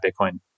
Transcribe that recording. Bitcoin